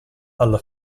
alla